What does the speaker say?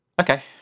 Okay